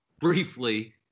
briefly